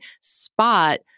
spot